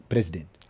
President